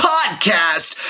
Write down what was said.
Podcast